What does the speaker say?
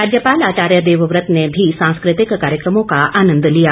राज्यपाल आचार्य देवव्रत ने भी सांस्कृतिक कार्यक्रमों का आनंद लिया